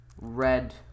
Red